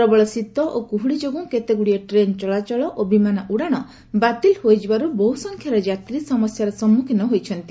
ପ୍ରବଳ ଶୀତ ଓ କୁହୁଡ଼ି ଯୋଗୁଁ କେତେଗୁଡ଼ିଏ ଟ୍ରେନ୍ ଚଳାଚଳ ଓ ବିମାନ ଉଡ଼ାଶ ବାତିଲ ହୋଇଯିବାରୁ ବହୁ ସଂଖ୍ୟାରେ ଯାତ୍ରୀ ସମସ୍ୟାର ସମ୍ମୁଖୀନ ହୋଇଛନ୍ତି